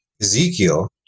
Ezekiel